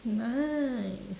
nice